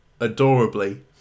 adorably